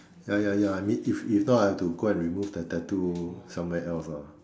ya ya ya I mean if if not I have to go and remove the tattoo somewhere else ah